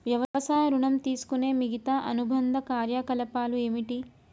వ్యవసాయ ఋణం తీసుకునే మిగితా అనుబంధ కార్యకలాపాలు ఏమిటి?